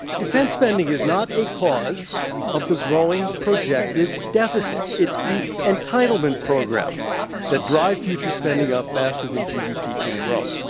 defense spending is not a cause of the growing projected deficits. it's the entitlement programs that drive future spending up faster than gdp can grow.